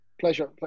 Pleasure